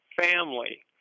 family